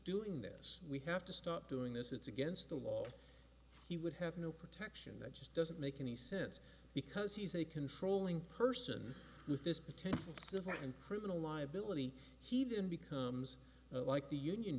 doing this we have to stop doing this it's against the wall he would have no protection that just doesn't make any sense because he's a controlling person who's this potential civil and criminal liability he then becomes like the union